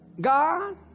God